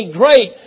great